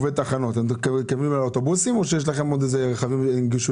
כמובן יודעים שהתקציב